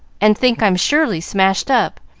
and think i'm surely smashed up,